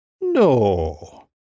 No